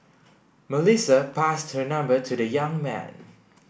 Melissa passed her number to the young man